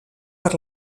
per